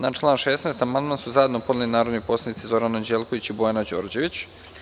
Na član 16. amandman su zajedno podneli narodni poslanici Zoran Anđelković i Bojana Đorđević.